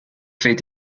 fait